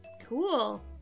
Cool